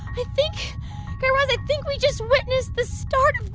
i think guy raz, i think we just witnessed start of